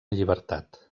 llibertat